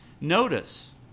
Notice